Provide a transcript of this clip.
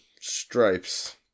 Stripes